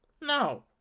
No